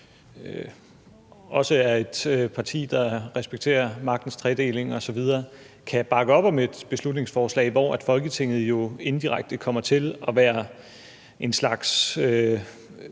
også er et parti, der respekterer magtens tredeling osv., kan bakke op om et beslutningsforslag, hvor Folketinget jo indirekte kommer til at være en slags